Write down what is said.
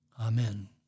Amen